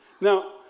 Now